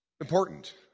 important